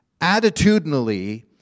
attitudinally